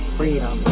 freedom